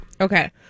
Okay